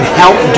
help